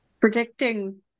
Predicting